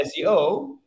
SEO